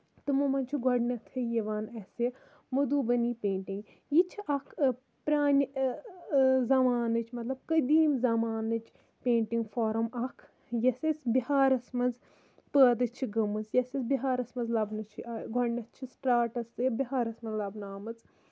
تِمَو منٛز چھ گۄڈٕنیتھٕے یِوان اَسہِ مودوٗ بٔنی پینٹِنگ یہِ چھِ اکھ پرانہِ زَمانٕچ مطلب قٔدیٖم زَمانٕچ پینٹِنگ فارَم اکھ یۄس أسۍ بِہارَس منٛز پٲدٕ چھِ گٔمٕژ یۄس أسۍ بِہارَس منٛز لَبنہٕ چھِ گۄڈٕنیتھ چھِ سٹاراٹَس بِہارَس منٛز لَبنہٕ آمٕژ